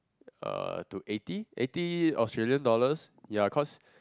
uh to eighty eighty Australian dollars ya cause